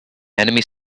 enemy